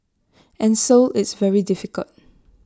and so it's very difficult